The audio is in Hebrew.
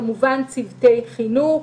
כמובן פונים גם צוותי חינוך